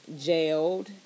jailed